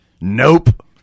Nope